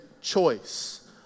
choice